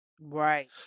Right